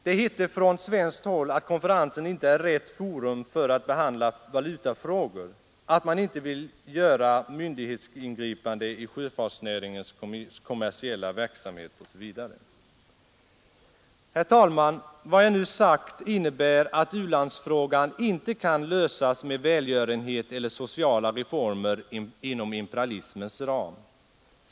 Det hette från svenskt håll att UNCTAD-konferensen inte är rätt forum för att behandla valutafrågor, att man inte ville göra myndighetsingripande i sjöfartsnäringens kommersiella verksamhet osv. Herr talman! Vad jag nu sagt innebär att u-landsfrågan inte kan lösas med välgörenhet eller sociala reformer inom imperialismens ram.